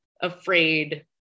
afraid